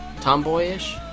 Tomboyish